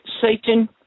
Satan